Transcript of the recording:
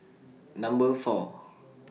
Number four